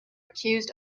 accused